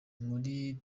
muri